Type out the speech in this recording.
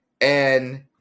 and-